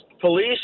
Police